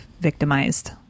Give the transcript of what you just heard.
victimized